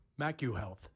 MacuHealth